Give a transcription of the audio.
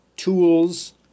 tools